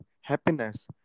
happiness